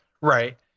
Right